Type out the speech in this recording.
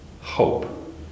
hope